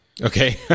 Okay